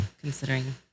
considering